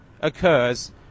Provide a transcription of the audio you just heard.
occurs